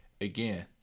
again